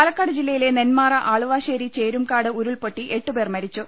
പാലക്കാട് ജില്ലയിലെ നെന്മാറ അളുവാശ്ശേരി ചേരുംകാട് ഉരുൾപൊട്ടി എട്ടുപേർ മരിച്ചു